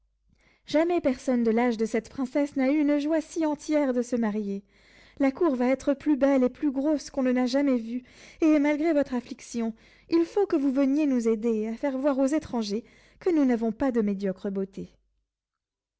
jamais personne de l'âge de cette princesse n'a eu une joie si entière de se marier la cour va être plus belle et plus grosse qu'on ne l'a jamais vue et malgré votre affliction il faut que vous veniez nous aider à faire voir aux étrangers que nous n'avons pas de médiocres beautés